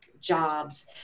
jobs